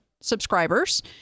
subscribers